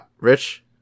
Rich